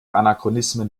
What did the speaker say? anachronismen